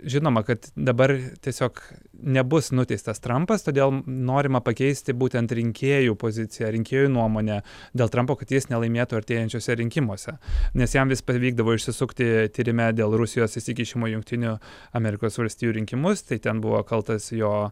žinoma kad dabar tiesiog nebus nuteistas trampas todėl norima pakeisti būtent rinkėjų poziciją rinkėjų nuomonę dėl trampo kad jis nelaimėtų artėjančiuose rinkimuose nes jam vis pavykdavo išsisukti tyrime dėl rusijos įsikišimo į jungtinių amerikos valstijų rinkimus tai ten buvo kaltas jo